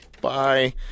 Bye